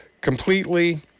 completely